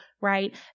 Right